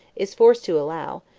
is forced to allow,